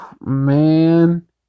Man